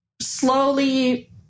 slowly